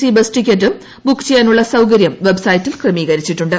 C bus ടിക്കറ്റും book ചെയ്യാനുള്ള സൌകര്യവും വെബ്സൈറ്റിൽ ക്രമീകരിച്ചിട്ടുണ്ട്